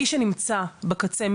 מי שנמצא בקצה,